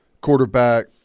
quarterback